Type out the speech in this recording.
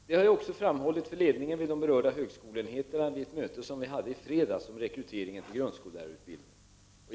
Detta har jag också framhållit för ledningen vid de berörda högskoleenheterna vid ett möte som vi hade i fredags om rekryteringen till grundskollärarutbildningen.